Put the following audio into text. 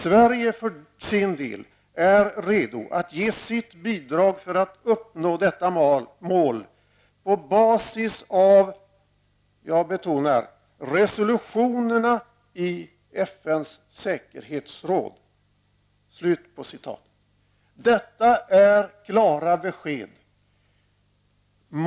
Sverige för sin del är redo att ge sitt bidrag för att uppnå detta mål på basis av resolutionerna i FNs säkerhetsråd.'' Jag betonar ordet resolutionerna. Detta är klara besked.